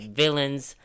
villains